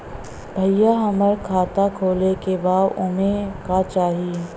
भईया हमार खाता खोले के बा ओमे का चाही?